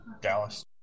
Dallas